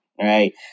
right